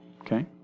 Okay